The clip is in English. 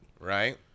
Right